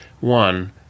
one